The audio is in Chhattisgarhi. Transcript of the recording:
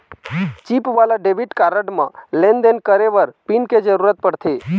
चिप वाला डेबिट कारड म लेन देन करे बर पिन के जरूरत परथे